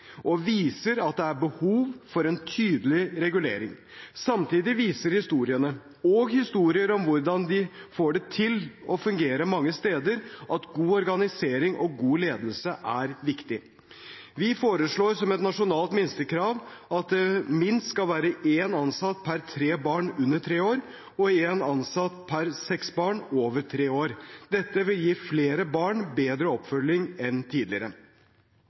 og de viser at det er behov for en tydeligere regulering. Samtidig viser historiene og historier om hvordan de får det til å fungere mange steder, at god organisering og god ledelse er viktig. Vi foreslår som et nasjonalt minstekrav at det skal være minst én ansatt per tre barn under tre år og én ansatt per seks barn over tre år. Dette vil gi flere barn bedre oppfølging enn tidligere.